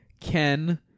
Ken